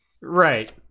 right